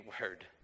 word